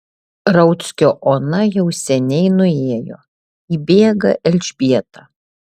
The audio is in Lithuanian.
rauckio ona jau seniai nuėjo įbėga elžbieta